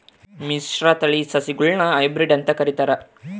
ಮಿಶ್ರತಳಿ ಸಸಿಗುಳ್ನ ಹೈಬ್ರಿಡ್ ಅಂತ ಕರಿತಾರ